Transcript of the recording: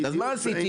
אז מה עשיתי?